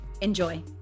Enjoy